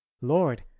lord